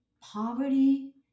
poverty